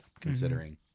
considering